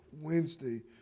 Wednesday